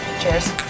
Cheers